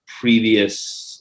previous